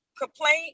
complaint